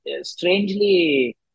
strangely